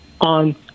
on